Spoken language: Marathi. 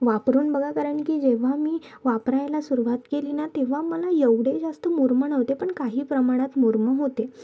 वापरून बघा कारण की जेव्हा मी वापरायला सुरुवात केली ना तेव्हा मला एवढे जास्त मुरुमं नव्हते पण काही प्रमाणात मुरुमं होते